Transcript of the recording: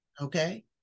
okay